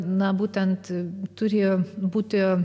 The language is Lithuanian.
na būtent turėjo būti